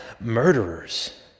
murderers